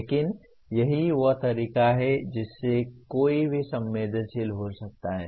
लेकिन यही वह तरीका है जिससे कोई भी संवेदनशील हो सकता है